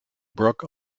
brook